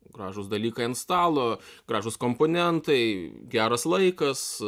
gražūs dalykai ant stalo gražūs komponentai geras laikas